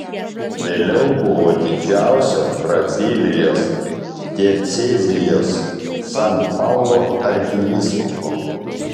vėliau buvo didžiausios brazilijos diecezijos san paulo arkivyskupu